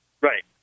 Right